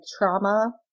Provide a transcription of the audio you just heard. trauma